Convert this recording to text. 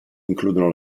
includono